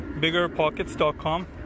biggerpockets.com